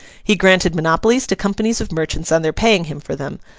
he granted monopolies to companies of merchants on their paying him for them,